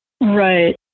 Right